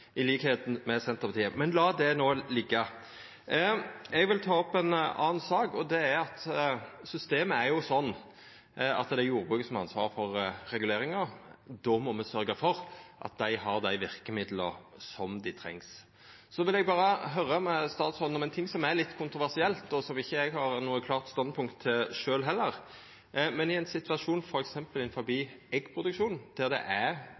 med Senterpartiet. Men lat no det liggja. Eg vil ta opp ei anna sak, og det er at systemet jo er sånn at det er jordbruket som har ansvaret for reguleringa. Då må me sørgja for at dei har dei verkemidla som dei treng. Så vil eg berre høyra med statsråden om ein ting som er litt kontroversiell, og som ikkje eg har noko klart standpunkt til sjølv heller. I ein situasjon f.eks. innanfor eggproduksjon, der det er